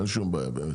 אין שום בעיה.